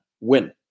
win